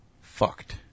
Fucked